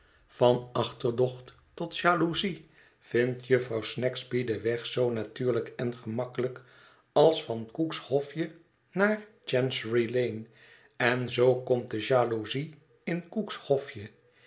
van achterdocht tot jaloezie vindt jufvrouw snagsby den weg zoo natuurlijk en gemakkelijk als van cook's hofje naar chancery lane en zoo komt de jaloezie in cook's hofje